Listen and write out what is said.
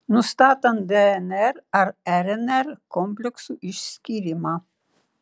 nustatant dnr ar rnr kompleksų išskyrimą